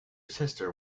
sister